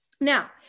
now